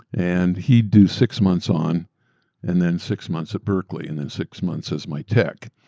and he'd do six months on and then six months at berkeley, and then six months as my tech.